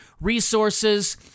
Resources